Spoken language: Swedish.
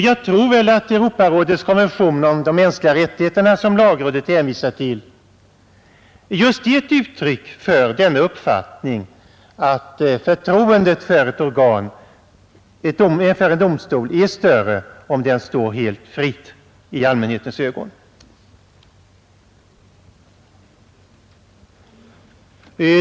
Jag tror också att Europarådets konvention om de mänskliga rättigheterna, som lagrådet hänvisar till, just är ett uttryck för denna uppfattning att förtroendet för en domstol är större om den står helt fri i allmänhetens ögon.